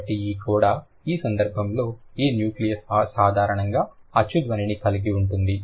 కాబట్టి ఈ కోడా ఈ సందర్భంలో ఈ న్యూక్లియస్ సాధారణంగా అచ్చు ధ్వనిని కలిగి ఉంటుంది